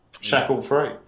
shackle-free